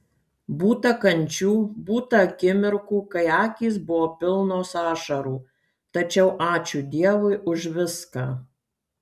būta kančių būta akimirkų kai akys buvo pilnos ašarų tačiau ačiū dievui už viską